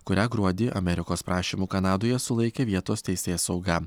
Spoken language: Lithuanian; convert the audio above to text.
kurią gruodį amerikos prašymu kanadoje sulaikė vietos teisėsauga